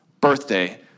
birthday